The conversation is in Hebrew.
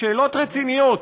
שאלות רציניות,